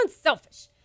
selfish